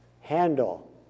Handle